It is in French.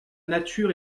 nature